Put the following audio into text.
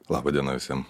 laba diena visiem